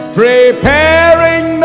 preparing